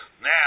Now